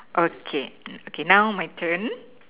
okay okay now my turn